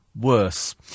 worse